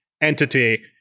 entity